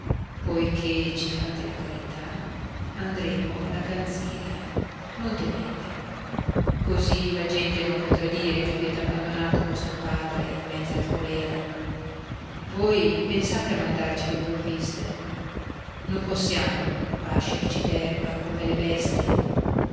poiché ci fate la carità andremo alla canziria non temete così la gente non potrà dire che avete abbandonato vostro padre in mezzo al colèra voi pensate a mandarci le provviste non possiamo pascerci d'erba come le bestie